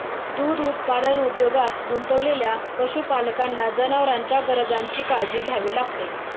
दूध उत्पादन उद्योगात गुंतलेल्या पशुपालकांना जनावरांच्या गरजांची काळजी घ्यावी लागते